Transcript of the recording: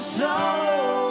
sorrow